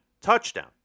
touchdown